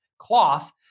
cloth